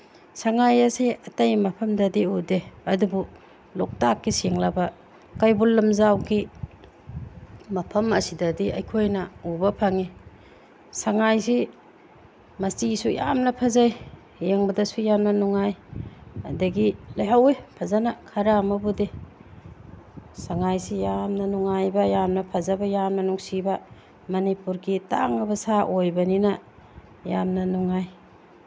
ꯁꯉꯥꯏ ꯑꯁꯦ ꯑꯇꯩ ꯃꯐꯝꯗꯗꯤ ꯎꯗꯦ ꯑꯗꯨꯕꯨ ꯂꯣꯛꯇꯥꯛꯀꯤ ꯁꯦꯡꯂꯕ ꯀꯩꯕꯨꯜ ꯂꯝꯖꯥꯎꯒꯤ ꯃꯐꯝ ꯑꯁꯤꯗꯒꯤ ꯎꯕ ꯐꯪꯉꯤ ꯁꯉꯥꯏꯁꯤ ꯃꯆꯤꯁꯨ ꯌꯥꯝꯅ ꯐꯖꯩ ꯌꯦꯡꯕꯗꯁꯨ ꯌꯥꯝꯅ ꯅꯨꯡꯉꯥꯏ ꯑꯗꯒꯤ ꯂꯩꯍꯧꯋꯤ ꯐꯖꯅ ꯈꯔ ꯑꯃꯕꯨꯗꯤ ꯁꯉꯥꯏꯁꯤ ꯌꯥꯝꯅ ꯅꯨꯡꯉꯥꯏꯕ ꯌꯥꯝꯅ ꯐꯖꯕ ꯌꯥꯝꯅ ꯅꯨꯡꯁꯤꯕ ꯃꯅꯤꯄꯨꯔꯒꯤ ꯇꯥꯡꯂꯕ ꯁꯥ ꯑꯣꯏꯕꯅꯤꯅ ꯌꯥꯝꯅ ꯅꯨꯡꯉꯥꯏ